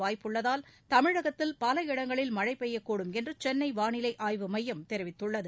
வாய்ப்புள்ளதால் தமிழகத்தில் பல இடங்களில் மழை பெய்யக்கூடும் என்று சென்னை வானிலை ஆய்வுமையம் தெரிவித்துள்ளது